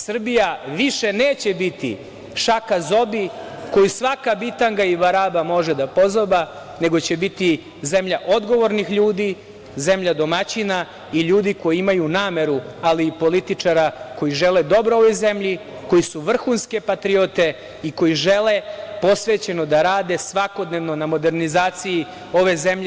Srbija više neće biti šaka zobi koju svaka bitanga i baraba može da pozoba, nego će biti zemlja odgovornih ljudi, zemlja domaćina i ljudi koji imaju nameru, ali i političara koji žele dobro ovoj zemlji, koji su vrhunske patriote i koji žele posvećeno da rade svakodnevno na modernizaciji ove zemlje.